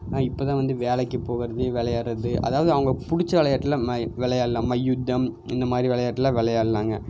ஆனால் இப்போ தான் வந்து வேலைக்கு போகிறது விளையாட்றது அதாவது அவங்க பிடிச்ச விளையாட்லாம் நை விளையாட்லாம் மைல்யுத்தம் இந்த மாதிரி விளையாட்லாம் விளையாட்லாங்க